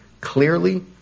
clearly